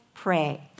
pray